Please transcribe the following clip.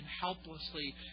helplessly